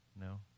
No